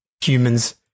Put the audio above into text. humans